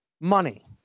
money